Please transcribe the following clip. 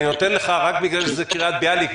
אני נותן לך רק בגלל שזה קריית ביאליק.